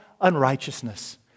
unrighteousness